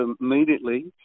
immediately